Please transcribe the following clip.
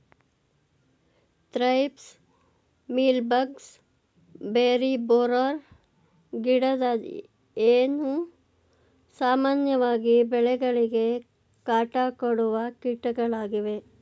thrips, mealy bugs, berry borer, ಗಿಡದ ಹೇನು, ಸಾಮಾನ್ಯವಾಗಿ ಬೆಳೆಗಳಿಗೆ ಕಾಟ ಕೊಡುವ ಕೀಟಗಳಾಗಿವೆ